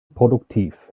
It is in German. produktiv